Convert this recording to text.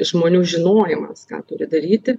žmonių žinojimas ką turi daryti